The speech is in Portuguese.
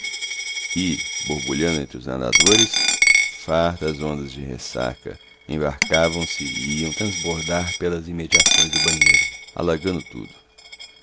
e borbulhando entre os nadadores fartas ondas de ressaca se embarcavam e iam transbordar pelas imediações do banheiro alagando tudo